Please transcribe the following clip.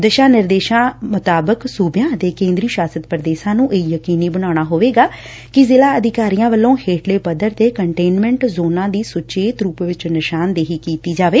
ਦਿਸ਼ਾ ਨਿਰਦੇਸ਼ਾਂ ਅਨੁਸਾਰ ਸੁਬਿਆਂ ਅਤੇ ਕੇਂਦਰੀ ਸ਼ਾਸਤ ਪ੍ਦੇਸ਼ਾਂ ਨੂੰ ਇਹ ਯਕੀਨੀ ਬਣਾਉਣਾ ਹੋਵੇਗਾ ਕਿ ਜ਼ਿਲ਼ਾ ਅਧਿਕਾਰੀਆਂ ਵੱਲੋਂ ਹੇਠਲੇ ਪੱਧਰ ਤੇ ਕਨਟੇਨਮੈਂਟ ਜੋਨਾਂ ਦੀ ਸੁਚੇਤ ਰੁਪ ਵਿਚ ਨਿਸ਼ਾਨ ਦੇਹੀ ਕੀਤੀ ਜਾਵੇ